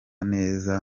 neza